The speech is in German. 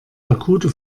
akute